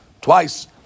twice